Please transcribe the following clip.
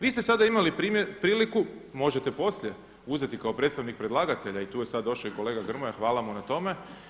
Vi ste sada imali priliku, možete poslije uzeti kao predstavnik predlagatelja i tu je sad došao i kolega Grmoja, hvala mu na tome.